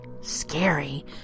scary